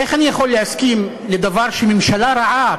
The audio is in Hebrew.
איך אני יכול להסכים לדבר שממשלה רעה,